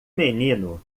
menino